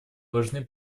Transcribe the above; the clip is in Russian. важны